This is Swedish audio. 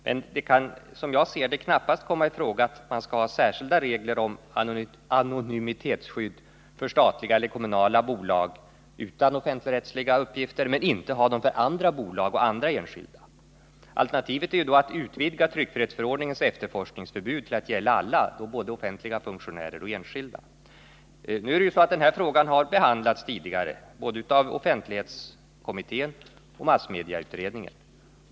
Men det kan, som jag ser det, knappast komma i fråga att man skall ha särskilda regler om anonymitetsskydd för statliga eller kommunala bolag utan offentligrättsliga uppgifter men inte ha sådana för andra bolag och enskilda. Alternativet är ju då att utvidga tryckfrihetsförordningens efterforskningsförbud till att gälla alla — både offentliga funktionärer och enskilda. Den här frågan har behandlats tidigare, både av offentlighetskommittén och av massmedieutredningen.